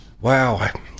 wow